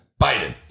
Biden